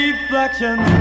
Reflections